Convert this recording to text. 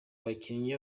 bakinnyi